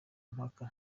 impaka